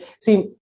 See